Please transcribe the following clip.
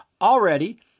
Already